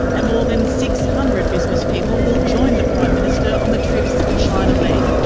and more than six hundred businesspeople will join the prime minister on the trip's china leg.